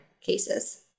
cases